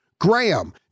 Graham